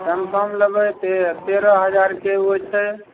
Samsung लेबै ते तेरह हजारके ओ छै